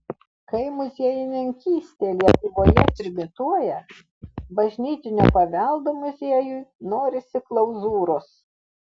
kai muziejininkystė lietuvoje trimituoja bažnytinio paveldo muziejui norisi klauzūros